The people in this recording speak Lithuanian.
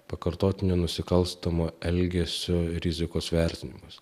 pakartotinio nusikalstamo elgesio rizikos vertinimas